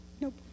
Nope